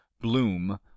Bloom